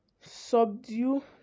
subdue